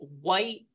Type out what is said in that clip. white